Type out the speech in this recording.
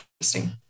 interesting